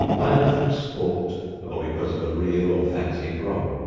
either from sport or because of a real or fancied wrong.